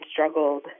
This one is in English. struggled